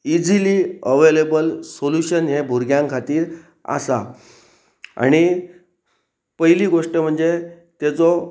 easily available solution हें भुरग्यां खातीर आसा आनी पयली गोश्ट म्हणजे तेचो